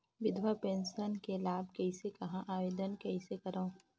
विधवा पेंशन के लाभ कइसे लहां? आवेदन कइसे करव?